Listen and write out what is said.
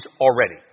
already